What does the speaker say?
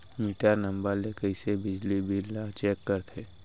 Metre number ले कइसे बिजली बिल ल चेक करथे?